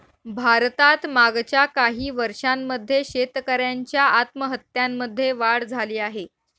भारतात मागच्या काही वर्षांमध्ये शेतकऱ्यांच्या आत्महत्यांमध्ये वाढ झाली आहे